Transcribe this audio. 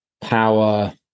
power